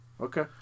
okay